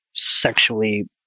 sexually